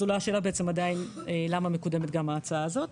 אז עולה השאלה עדין למה מקודמת ההצעה הזאת.